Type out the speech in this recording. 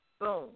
Boom